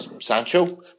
Sancho